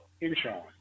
insurance